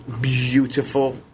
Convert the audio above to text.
beautiful